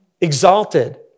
exalted